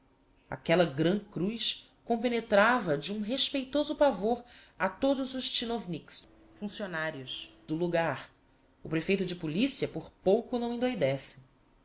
ordens aquella gran cruz compenetrava de um respeitoso pavor a todos os tchinovnicks do logar o prefeito de policia por pouco não indoidece